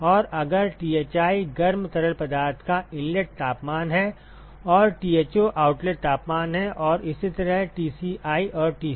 और अगर Thi गर्म तरल पदार्थ का इनलेट तापमान है और Tho आउटलेट तापमान है और इसी तरह Tci और Tco है ठीक